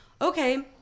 Okay